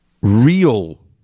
real